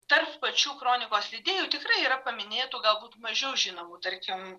tarp pačių kronikos lydėjų tikrai yra paminėtų galbūt mažiau žinomų tarkim